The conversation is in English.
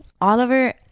Oliver